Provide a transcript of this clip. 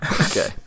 okay